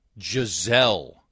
Giselle